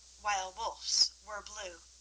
while wulf's were blue,